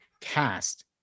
cast